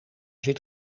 zit